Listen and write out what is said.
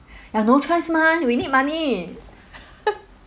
ya no choice mah we need money